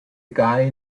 guy